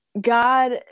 God